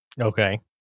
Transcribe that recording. Okay